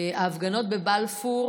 ההפגנות בבלפור